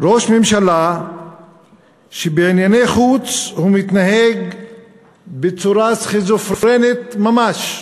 ראש ממשלה שבענייני חוץ הוא מתנהג בצורה סכיזופרנית ממש.